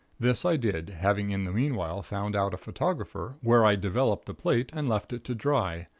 this i did, having in the meanwhile found out a photographer where i developed the plate, and left it to dry,